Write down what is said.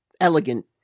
elegant